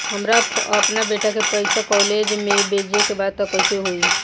हमरा अपना बेटा के पास कॉलेज में पइसा बेजे के बा त कइसे होई?